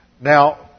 Now